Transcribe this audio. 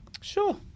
sure